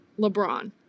LeBron